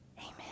Amen